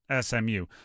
SMU